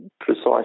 precise